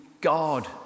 God